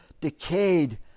decayed